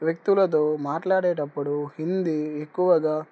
వ్యక్తులతో మాట్లాడేటప్పుడు హిందీ ఎక్కువగా